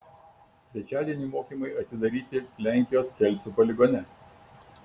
trečiadienį mokymai atidaryti lenkijos kelcų poligone